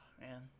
man